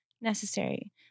necessary